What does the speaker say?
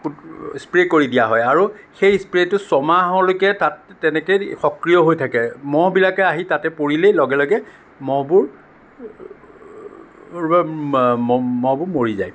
spray কৰি দিয়া হয় আৰু সেই স্প্ৰে'টো ছমাহলৈকে তাত তেনেকেই সক্ৰিয় হৈ থাকে মহবিলাকে আহি তাতে পৰিলেই লগে লগে মহবোৰ মহবোৰ মৰি যায়